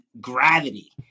gravity